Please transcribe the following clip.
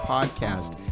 Podcast